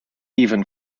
even